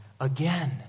again